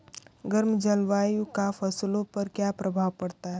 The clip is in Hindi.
गर्म जलवायु का फसलों पर क्या प्रभाव पड़ता है?